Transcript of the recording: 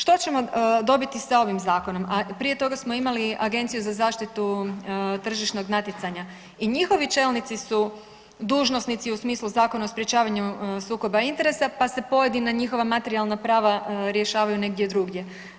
Što ćemo dobiti sa ovim zakonom, a prije toga smo imali Agenciju za tržišnog natjecanja i njihovi čelnici su dužnosnici u smislu Zakona o sprječavanju sukoba interesa pa se pojedina njihova materijalna prava rješavaju negdje drugdje.